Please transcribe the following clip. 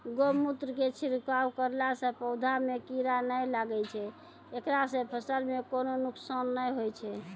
गोमुत्र के छिड़काव करला से पौधा मे कीड़ा नैय लागै छै ऐकरा से फसल मे कोनो नुकसान नैय होय छै?